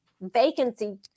vacancy